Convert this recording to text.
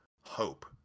hope